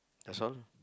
that's all